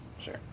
Sure